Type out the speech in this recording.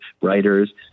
writers